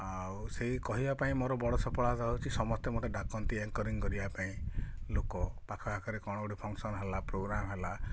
ଆଉ ସେଇ କହିବା ପାଇଁ ମୋର ବଡ଼ ସଫଳତା ହଉଛି ସମସ୍ତେ ମୋତେ ଡାକନ୍ତି ଆଙ୍କରିଂ କରିବା ପାଇଁ ଲୋକ ପାଖଆଖରେ କ'ଣ ଗୋଟେ ଫଙ୍କସନ୍ ହେଲା ପ୍ରୋଗ୍ରାମ୍ ହେଲା